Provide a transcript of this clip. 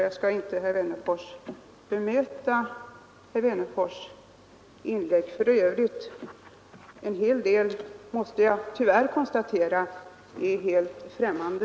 Jag skall inte bemöta herr Wennerfors” inlägg för övrigt. En hel del av det, måste jag tyvärr konstatera, är mig helt främmande.